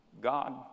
God